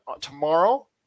tomorrow